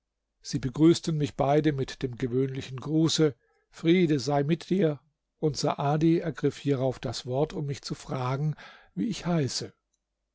sie begrüßten mich beide mit dem gewöhnlichen gruße friede sei mit dir und saadi ergriff hierauf das wort um mich zu fragen wie ich heiße